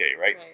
right